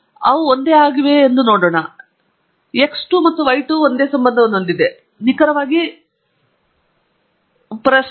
ಅವು ಒಂದೇ ಆಗಿವೆಯೇ ಎಂದು ನೋಡೋಣ x 2 ಮತ್ತು y 2 ಒಂದೇ ಸಂಬಂಧವನ್ನು ಹೊಂದಿವೆ ಆದ್ದರಿಂದ ನಿಖರವಾಗಿ ಅದೇ ಪರಸ್ಪರ